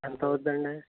ఎంత అవుద్దండి